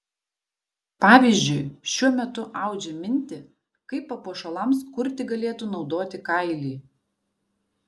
pavyzdžiui šiuo metu audžia mintį kaip papuošalams kurti galėtų naudoti kailį